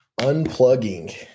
unplugging